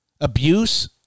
abuse